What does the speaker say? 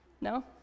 No